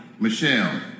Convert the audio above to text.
Michelle